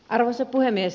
arvoisa puhemies